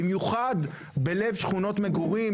במיוחד בלב שכונות מגורים,